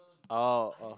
oh